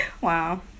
Wow